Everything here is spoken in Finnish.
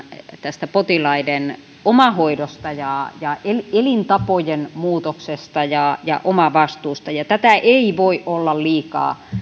tästä potilaiden omahoidosta elintapojen muutoksesta ja ja omavastuusta ja tätä ei voi olla liikaa